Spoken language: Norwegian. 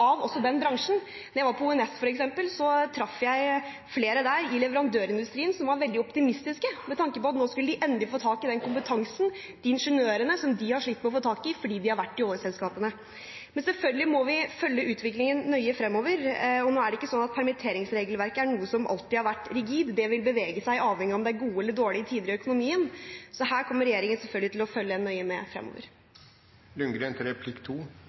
tiltrengt også i andre deler av den bransjen. Da jeg var på ONS, f.eks., traff jeg flere i leverandørindustrien som var veldig optimistiske med tanke på at de nå endelig skulle få tak i den kompetansen, de ingeniørene, som de har slitt med å få tak i, fordi de har vært i oljeselskapene. Men selvfølgelig må vi følge utviklingen nøye fremover, og det er ikke sånn at permitteringsregelverket er noe som alltid har vært rigid. Det vil bevege seg, avhengig av om det er gode eller dårlige tider i økonomien, så her kommer regjeringen selvfølgelig til å følge nøye med